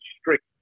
strict